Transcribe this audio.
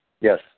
Yes